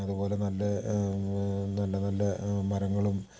അതുപോലെ നല്ല നല്ല നല്ല മരങ്ങളും